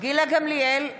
גילה גמליאל,